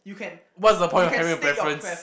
what's the point of having a preference